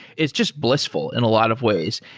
it's just blissful in a lot of ways.